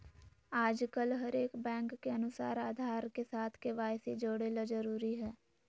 आजकल हरेक बैंक के अनुसार आधार के साथ के.वाई.सी जोड़े ल जरूरी हय